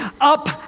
up